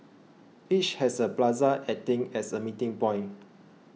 each has a plaza acting as a meeting point